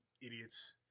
idiots